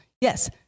yes